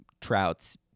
Trout's